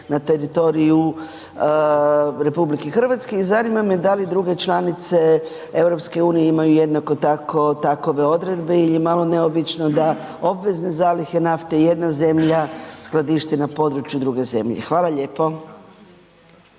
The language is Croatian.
na teritoriju RH. I zanima me da li druge članice EU imaju jednako tako takve odredbe jer je malo neobično da obvezne zalihe nafte jedna zemlja skladišti na području druge zemlje. Hvala lijepo.